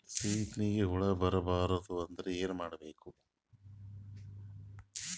ಸೀತ್ನಿಗೆ ಹುಳ ಬರ್ಬಾರ್ದು ಅಂದ್ರ ಏನ್ ಮಾಡಬೇಕು?